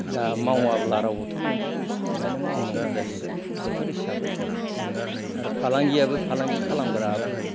दा मावाब्ला रावबोथ' मोनजाया ओंखायनो मावनांगौ जाहैबाय बोथोर हिसाबै आर फालांगियाबो फालांगि खालामग्राबो